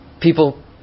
People